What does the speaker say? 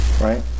right